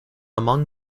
among